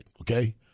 Okay